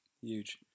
Huge